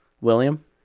William